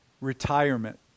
Retirement